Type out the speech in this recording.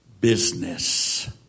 business